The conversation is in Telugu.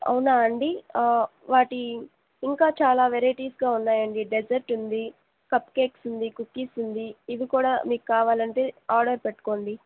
అవునా అండి వాటి ఇంకా చాలా వెరైటీస్గా ఉన్నాయండి డెసర్ట్ ఉంది కప్ కేక్సు ఉంది కుక్కీస్ ఉంది ఇవి కూడా మీకు కావాలంటే ఆర్డర్ పెట్టుకోండి